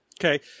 Okay